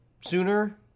sooner